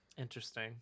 Interesting